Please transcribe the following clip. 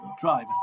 drive